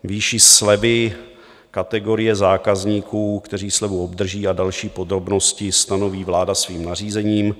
Výši slevy, kategorie zákazníků, kteří slevu obdrží, a další podrobnosti stanoví vláda svým nařízením.